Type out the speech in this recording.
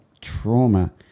trauma